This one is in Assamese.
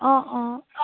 অঁ অঁ